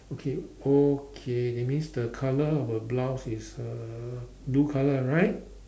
okay okay it means the colour of her blouse is uh blue colour right